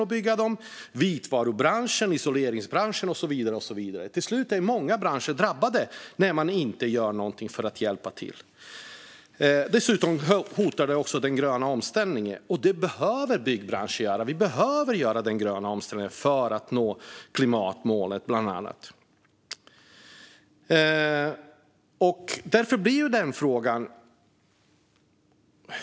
Detsamma gäller vitvarubranschen, isoleringsbranschen och så vidare. När man inte gör någonting för att hjälpa till är många branscher drabbade till slut. Dessutom hotas den gröna omställningen. Byggbranschen behöver gå igenom den gröna omställningen, bland annat för att vi ska nå klimatmålen.